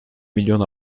milyon